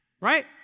Right